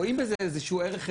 הם רואים בזה איזה שהוא ערך חברתי,